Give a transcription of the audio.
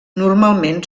normalment